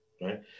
right